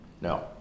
No